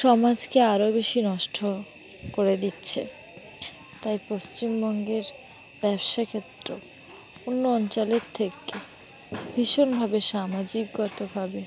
সমাজকে আরও বেশি নষ্ট করে দিচ্ছে তাই পশ্চিমবঙ্গের ব্যবসায়ী ক্ষেত্র অন্য অঞ্চলের থেকে ভীষণভাবে সামাজিকগতভাবে